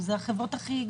זה יכול להיחשב כתקדים.